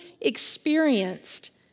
experienced